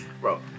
Bro